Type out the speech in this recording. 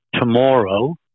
tomorrow